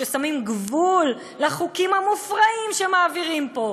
ששמים גבול לחוקים המופרעים שמעבירים פה,